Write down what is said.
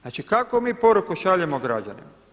Znači kakvu mi poruku šaljemo građanima?